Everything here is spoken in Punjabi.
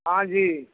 ਹਾਂਜੀ